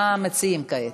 מה המציעים, כעת?